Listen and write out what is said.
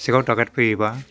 सिखाव दाखाइट फैयोबा